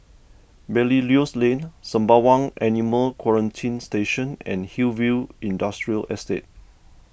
Belilios Lane Sembawang Animal Quarantine Station and Hillview Industrial Estate